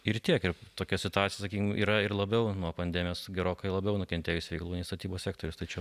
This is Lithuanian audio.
ir tiek ir tokia situacija sakykim yra ir labiau nuo pandemijos gerokai labiau nukentėjusių negu statybos statybos sektorius tai čia